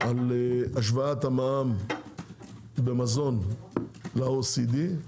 על השוואת המע"מ במזון ל-OECD,